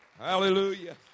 Hallelujah